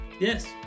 yes